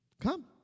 Come